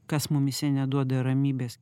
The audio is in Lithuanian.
kas mumyse neduoda ramybės